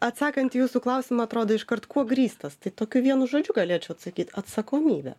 atsakant į jūsų klausimą atrodo iškart kuo grįstas tai tokiu vienu žodžiu galėčiau atsakyt atsakomybe